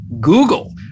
Google